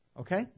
okay